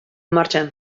martxan